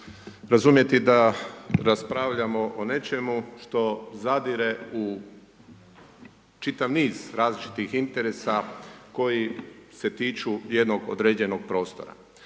razumjeti da raspravljati o nečemu što zadire u čitav niz različitih interesa koji se tiču jednog određenog prostora.